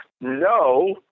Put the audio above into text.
No